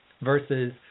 versus